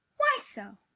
why so?